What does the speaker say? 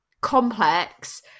complex